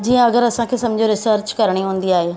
जीअं अगरि असांखे समुझ रिसर्च करणी हूंदी आहे